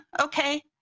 okay